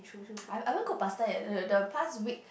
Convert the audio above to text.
I I haven't cook pasta yet the past week